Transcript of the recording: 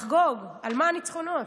על מה הניצחונות?